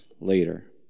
later